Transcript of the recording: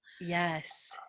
Yes